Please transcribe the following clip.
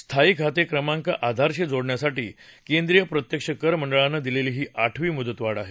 स्थायी खाते क्रमांक आधारशी जोडण्यासाठी केंद्रीय प्रत्यक्ष कर मंडळानं दिलेली ही आठवी मुदतवाढ आहे